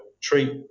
treat